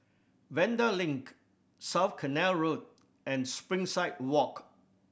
Vanda Link South Canal Road and Springside Walk